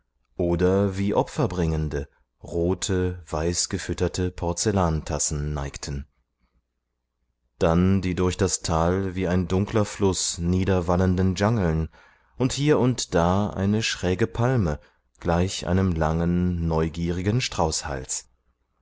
oder wie opferbringende rote weißgefütterte porzellantassen neigten dann die durch das tal wie ein dunkler fluß niederwallenden dschangeln und hier und da eine schräge palme gleich einem langen neugierigen